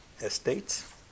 Estates